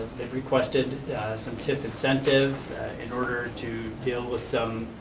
they've requested some tif incentive in order to deal with some